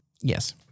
yes